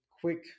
quick